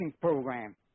program